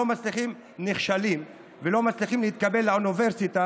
נכשלים ולא מצליחים להתקבל לאוניברסיטה